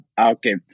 okay